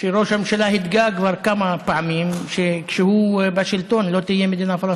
שראש הממשלה התגאה כבר כמה פעמים שכשהוא בשלטון לא תהיה מדינה פלסטינית.